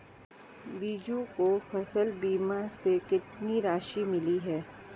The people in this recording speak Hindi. बीजू को फसल बीमा से कितनी राशि मिली है?